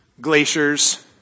glaciers